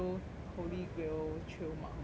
holy grail chio mark from there [one]